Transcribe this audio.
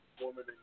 woman